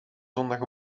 zondag